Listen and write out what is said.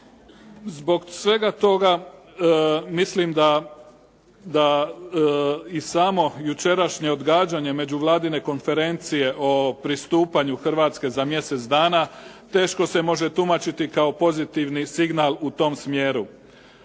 Zbog svega toga mislim da i samo jučerašnje odgađanje međuvladine konferencije o pristupanju Hrvatske za mjesec dana teško se može tumačiti kao pozitivni signal u tom smjeru.